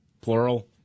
plural